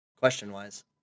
question-wise